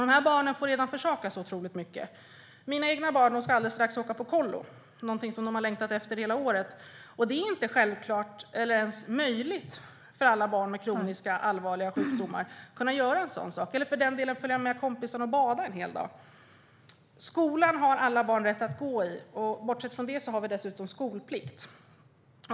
De här barnen får redan försaka så otroligt mycket. Mina egna barn ska snart åka på kollo. Det har de längtat efter hela året. Det är inte självklart eller ens möjligt för alla barn med allvarliga kroniska sjukdomar att göra en sådan sak eller att för den delen följa med kompisen och bada en hel dag. Alla barn har rätt att gå i skolan, och bortsett från det har vi dessutom skolplikt.